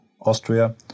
Austria